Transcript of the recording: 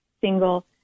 single